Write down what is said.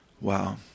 Wow